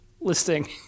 listing